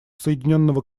соединенного